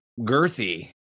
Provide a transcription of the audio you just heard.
girthy